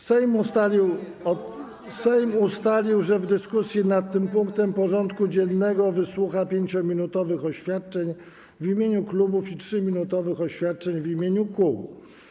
Sejm ustalił, że w dyskusji nad tym punktem porządku dziennego wysłucha 5-minutowych oświadczeń w imieniu klubów i 3-minutowych oświadczeń w imieniu kół.